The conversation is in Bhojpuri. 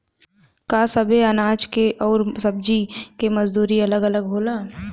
का सबे अनाज के अउर सब्ज़ी के मजदूरी अलग अलग होला?